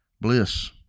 bliss